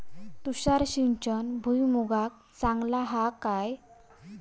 तुषार सिंचन भुईमुगाक चांगला हा काय?